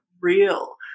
real